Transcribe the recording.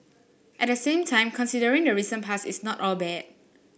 at the same time considering the recent past it's not all bad